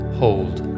hold